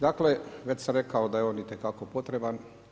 Dakle, već sam rekao da je on itekako potreban.